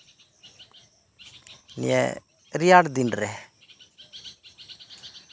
ᱨᱮᱭᱟᱲ ᱫᱤᱱᱨᱮ